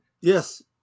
Yes